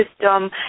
system